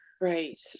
right